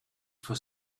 for